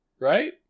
right